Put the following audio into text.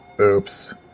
Oops